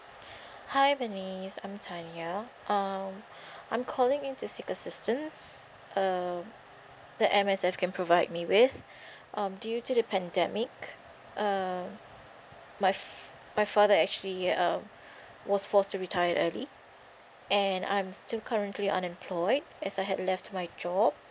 hi bernice I'm tanya um I'm calling in to seek assistance um the M_S_F can provide me with um due to the pandemic uh my f~ my father actually uh was forced to retire early and I'm still currently unemployed as I had left my job